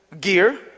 gear